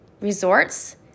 resorts